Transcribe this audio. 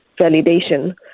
validation